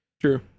True